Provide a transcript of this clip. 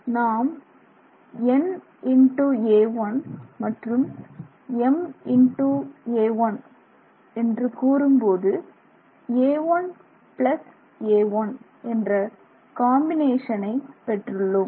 நாம் n×a1 மற்றும் m×a1 கூறும்போது a1a1 என்ற காம்பினேஷனை பெற்றுள்ளோம்